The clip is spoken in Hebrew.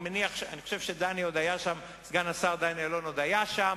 אני חושב שסגן השר דני אילון עוד היה שם,